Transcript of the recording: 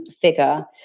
figure